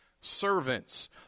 Servants